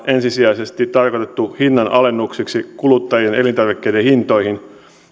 ensisijaisesti tarkoitettu hinnanalennuksiksi kuluttajien elintarvikkeiden hintoihin